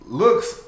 looks